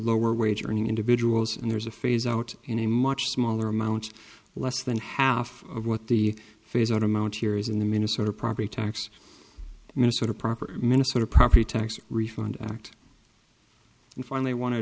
lower wage earning individuals and there's a phase out in a much smaller amount less than half of what the phase out amount here is in the minnesota property tax minnesota property minnesota property tax refund act and finally i want to